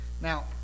Now